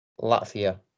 Latvia